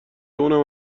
اونم